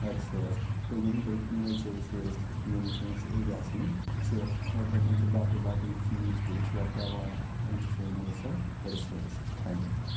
resources گوٚو یِم گٔے نیچرل رِسورٕس یِم سٲنِس ایریاہس منٛز چھِ یا یِتھَے کَنۍ چھِ باقٕے باقٕے چیٖز تہِ أسۍ وۄپداوان تِم چھِ سٲنۍ نیچرل رِسورٕس تھَینک یوٗ